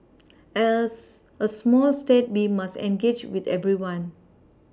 as a small state we must engage with everyone